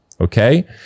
Okay